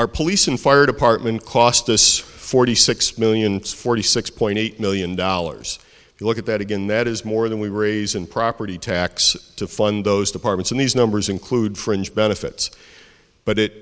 our police and fire department cost us forty six million forty six point eight million dollars if you look at that again that is more than we were raised in property tax to fund those departments and these numbers include fringe benefits but it